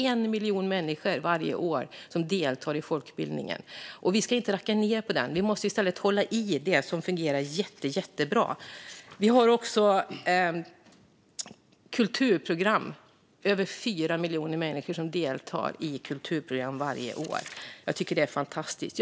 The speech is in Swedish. En miljon människor deltar varje år i den. Man ska inte racka ned på folkbildningen utan måste i stället hålla i det som fungerar jättebra. Det finns kulturprogram som över fyra miljoner människor deltar i varje år. Jag tycker att det är fantastiskt.